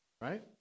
Right